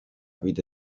vide